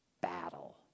battle